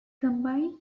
combined